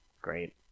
Great